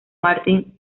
martin